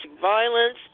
violence